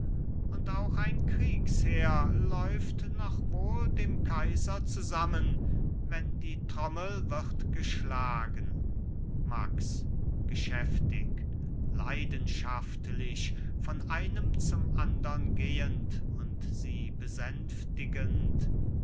und auch ein kriegsheer läuft noch wohl dem kaiser zusammen wenn die trommel wird geschlagen max geschäftig leidenschaftlich von einem zum andern gehend und sie besänftigend